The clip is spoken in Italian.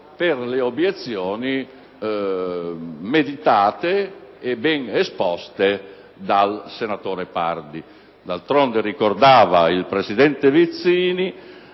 per le obiezioni meditate e ben esposte dal senatore Pardi. D'altronde, come faceva presente il